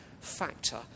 factor